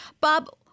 Bob